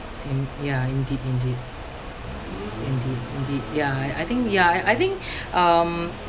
mm ya indeed indeed indeed indeed ya I I think ya I think um